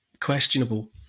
questionable